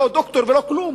הוא לא דוקטור ולא כלום.